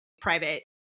private